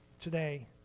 today